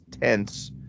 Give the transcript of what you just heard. tense